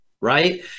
right